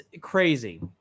crazy